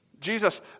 Jesus